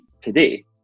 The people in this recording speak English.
today